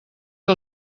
que